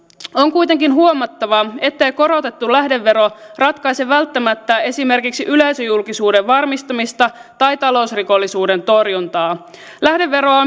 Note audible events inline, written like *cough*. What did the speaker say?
on kuitenkin huomattava ettei korotettu lähdevero ratkaise välttämättä esimerkiksi yleisöjulkisuuden varmistamista tai talousrikollisuuden torjuntaa lähdeveroa *unintelligible*